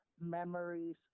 memories